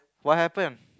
what happen